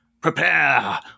Prepare